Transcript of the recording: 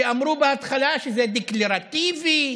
שאמרו בהתחלה שזה דקלרטיבי,